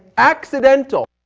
accidental